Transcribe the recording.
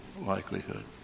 likelihood